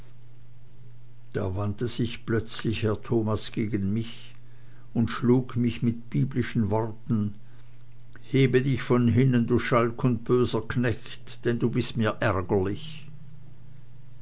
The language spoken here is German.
da wandte sich plötzlich herr thomas gegen mich und schlug mich mit biblischen worten hebe dich von hinnen du schalk und böser knecht denn du bist mir ärgerlich